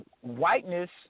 whiteness